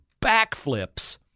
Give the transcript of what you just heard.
backflips